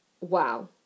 wow